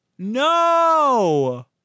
No